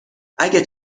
اگه